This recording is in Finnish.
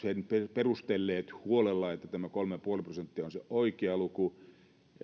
perustelleet huolella sen että tämä kolme pilkku viisi prosenttia on se oikea luku